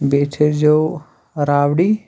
بیٚیہِ تھٔےزیو رابڈی